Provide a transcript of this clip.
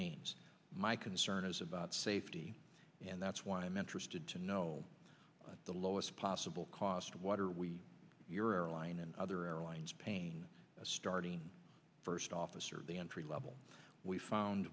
means my concern is about safety and that's why i'm interested to know the lowest possible cost of water we hear a line in other airlines paying a starting first officer the entry level we found